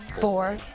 four